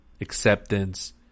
acceptance